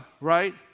right